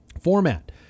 format